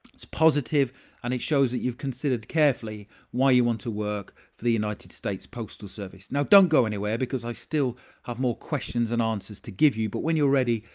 it's positive and it shows that you've considered carefully why you want to work for the united states postal service. now, don't go anywhere because i still have more questions and answers to give you. but when you're ready.